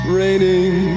raining